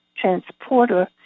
transporter